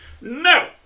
No